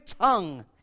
tongue